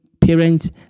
parents